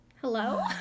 Hello